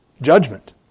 judgment